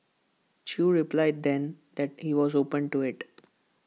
chew replied then that he was open to IT